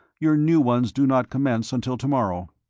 your new ones do not commence until to-morrow.